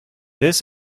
this